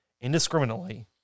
indiscriminately